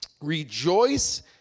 Rejoice